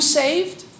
saved